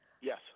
Yes